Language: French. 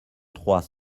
trois